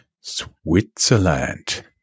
Switzerland